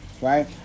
Right